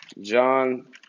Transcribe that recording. John